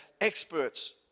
experts